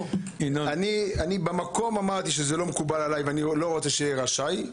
אני במקום אמרתי שזה לא מקובל עלי אני לא רוצה שיהיה רשאי.